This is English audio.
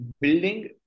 building